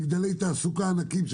מגדלי תעסוקה ענקיים,